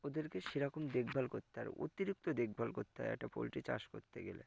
ওদেরকে সেরকম দেখভাল করতে হয় আর অতিরিক্ত দেখভাল করতে হয় একটা পোলট্রী চাষ করতে গেলে